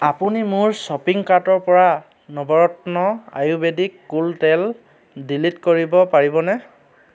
আপুনি মোৰ শ্বপিং কাৰ্টৰ পৰা নৱৰত্ন আয়ুৰ্বেদিক কুল তেল ডিলিট কৰিব পাৰিবনে